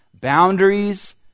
Boundaries